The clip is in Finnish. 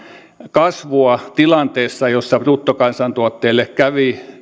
kasvua tilanteessa jossa bruttokansantuotteelle kävi